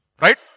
right